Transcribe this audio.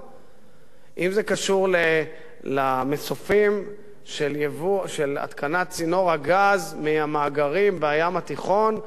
אם זה קשור למסופים של התקנת צינור הגז מהמאגרים בים התיכון בחוף הכרמל,